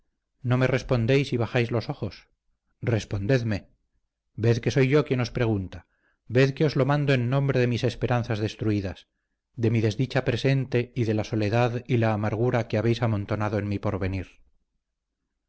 no me respondéis y bajáis los ojos respondedme ved que soy yo quien os pregunta ved que os lo mando en nombre de mis esperanzas destruidas de mi desdicha presente y de la soledad y la amargura que habéis amontonado en mi porvenir